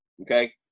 okay